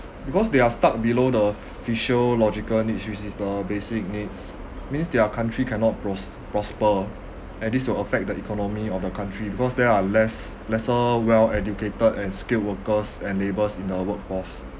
because they are stuck below the phy~ physiological needs which is the basic needs means their country cannot pros~ prosper and this will affect the economy of the country because there are less~ lesser well educated and skilled workers and labours in the workforce